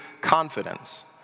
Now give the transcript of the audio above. confidence